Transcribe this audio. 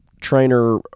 trainer